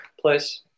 place